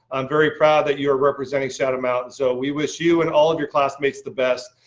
i'm very proud that you're representing shadow mountain. so, we wish you and all of your classmates the best.